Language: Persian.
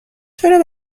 چرا